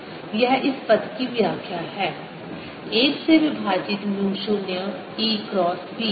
dWdtddtEelectro magnetic10EBdS तो यह इस पद की व्याख्या है 1 से विभाजित म्यू 0 E क्रॉस B